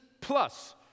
plus